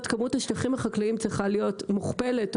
כמות השטחים החקלאיים צריכה להיות מוכפלת,